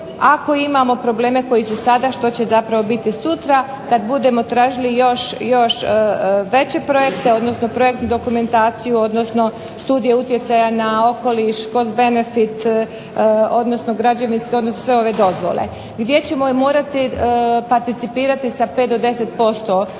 ako imamo probleme koji su sada, što će zapravo biti sutra kad budemo tražili još veće projekte, odnosno projektnu dokumentaciju odnosno studije utjecaja na okoliš, cost benefit odnosno građevinski odnosi, sve ove dozvole gdje ćemo morati participirati sa 5 do 10% u tim